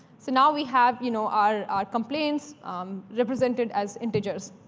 so now we have you know our our complaints represented as integers.